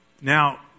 Now